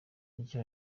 icyo